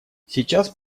сейчас